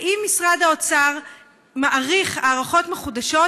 האם משרד האוצר מעריך הערכות מחודשות?